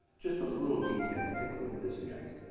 just those little details. take a look at this, you guys.